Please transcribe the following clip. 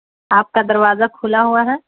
کا دروازہ کھلا ہوا ہے